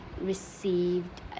received